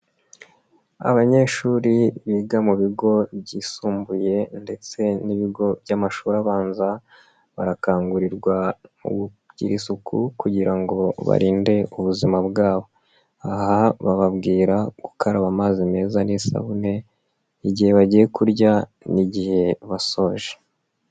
Abanyeshuri biga mu bigo byisumbuye ndetse n'ibigo by'amashuri abanza barakangurirwa kugira isuku kugira ngo barinde ubuzima bwabo, aha bababwira gukaraba amazi meza n'isabune igihe bagiye kurya n'igihe basoje.